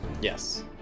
Yes